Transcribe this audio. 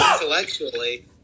intellectually